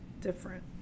different